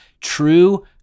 true